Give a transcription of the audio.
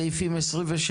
הצבעה סעיפים 26,